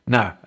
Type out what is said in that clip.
Now